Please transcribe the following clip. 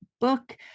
book